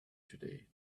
today